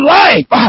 life